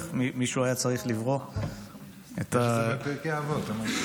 מישהו היה צריך לברוא את, יש את זה בפרקי אבות.